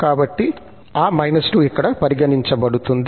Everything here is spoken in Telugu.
కాబట్టి ఆ −2 ఇక్కడ పరిగణించబడుతుంది